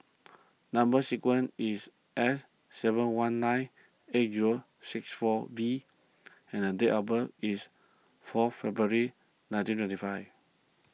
Number Sequence is S seven one nine eight zero six four V and date of birth is fourth February nineteen twenty five